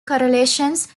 correlations